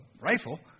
rifle